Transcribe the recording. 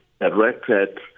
directed